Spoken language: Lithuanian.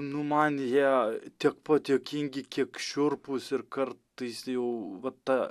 nu man jie tiek pat juokingi kiek šiurpūs ir kartais jau va ta